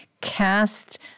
cast